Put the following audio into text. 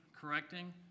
correcting